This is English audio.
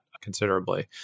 considerably